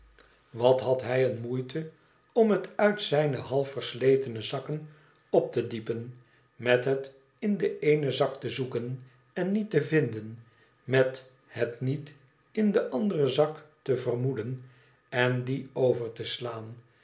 wat had hij een moeite om het uit zijne half versletene zakken op te diepen met het in den eenen zak te zoeken en niet te vinden met het niet in den anderen zak te vermoeden en dien over te slaan